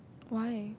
why